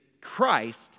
Christ